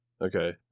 Okay